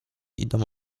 idą